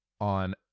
on